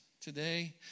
today